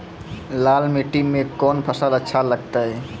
लाल मिट्टी मे कोंन फसल अच्छा लगते?